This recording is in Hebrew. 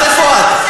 אז, איפה את?